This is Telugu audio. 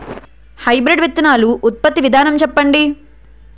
హైబ్రిడ్ విత్తనాలు ఉత్పత్తి విధానం చెప్పండి?